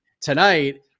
Tonight